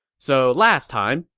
so last time,